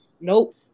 Nope